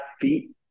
feet